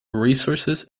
resources